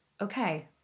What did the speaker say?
Okay